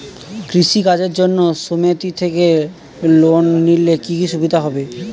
কৃষি কাজের জন্য সুমেতি থেকে লোন নিলে কি কি সুবিধা হবে?